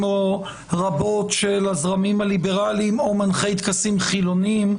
או רבות של הזרמים הליברלים או מנחי טקסים חילונים,